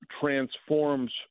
transforms